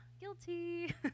guilty